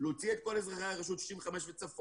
להוציא את כול אזרחי הרשות בני 65 וצפונה,